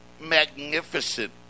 magnificent